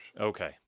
Okay